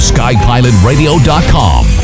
SkyPilotRadio.com